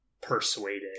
persuaded